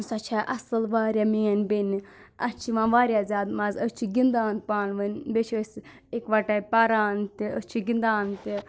سۄ چھَ اَصٕل واریاہ میٲنۍ بیٚنہِ اَسہِ چھِ یِوان واریاہ زیادٕ مَزٕ أسۍ چھِ گِنٛدان پانہٕ ؤنۍ بیٚیہِ چھِ أسۍ اِکوَٹَے پَران تہِ أسۍ چھِ گِنٛدان تہِ